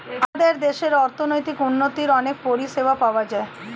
আমাদের দেশে অর্থনৈতিক উন্নতির অনেক পরিষেবা পাওয়া যায়